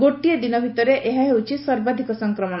ଗୋଟିଏ ଦିନ ଭିତରେ ଏହା ହେଉଛି ସର୍ବାଧିକ ସଂକ୍ରମଣ